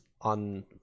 on